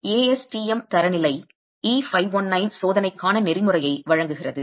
ASTM தரநிலை E519 சோதனைக்கான நெறிமுறையை வழங்குகிறது